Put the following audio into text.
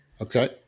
Okay